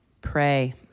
Pray